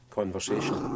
conversation